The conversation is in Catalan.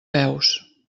peus